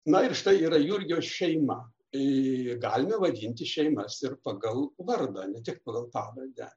na ir štai yra jurgio šeima galime vadinti šeimas ir pagal vardą ne tik pagal pavardę